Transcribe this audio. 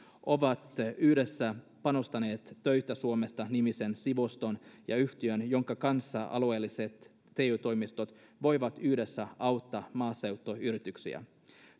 ovat yhdessä panostaneet töitä suomesta nimiseen sivustoon ja yhtiöön jonka kanssa alueelliset te toimistot voivat yhdessä auttaa maaseutuyrityksiä